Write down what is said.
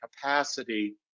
capacity